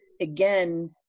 again